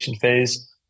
phase